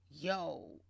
Yo